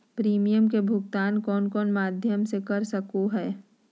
Premium के भुक्तान कौन कौन माध्यम से कर सको है?